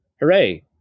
hooray